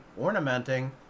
ornamenting